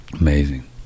Amazing